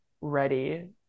ready